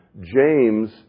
James